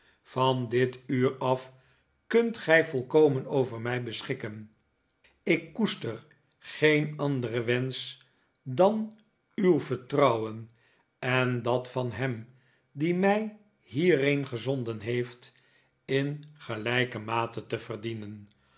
van dit uur af kunt gij volkomen over mij beschikken ik koester geen anderen wensch dan uw vertrouwen en dat van hem die mij hierheen gezonden heeft in gelijke mate te verdienen